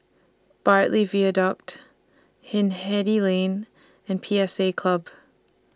Bartley Viaduct Hindhede Lane and P S A Club